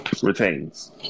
Retains